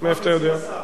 מאיפה אתה יודע?